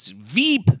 Veep